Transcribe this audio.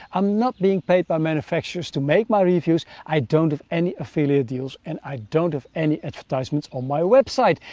i'm not being paid by manufacturers to make my reviews, i don't have any affiliate deals, and i don't have any advertisements on my website,